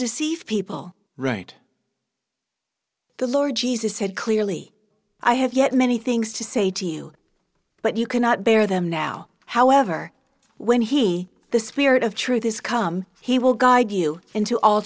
deceive people right the lord jesus said clearly i have yet many things to say to you but you cannot bear them now however when he the spirit of truth is come he will guide you into all